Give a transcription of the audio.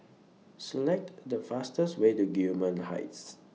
Select The fastest Way to Gillman Heights